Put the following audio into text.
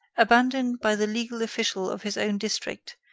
abandoned by the legal official of his own district,